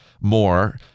more